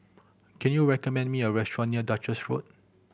can you recommend me a restaurant near Duchess Road